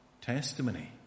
testimony